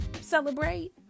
celebrate